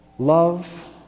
Love